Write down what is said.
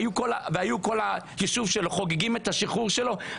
וכל היישוב שלו היו חוגגים את השחרור שלו,